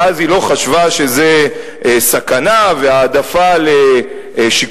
ואז היא לא חשבה שזו סכנה והעדפה של שיקולים